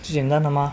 这简单的吗